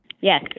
Yes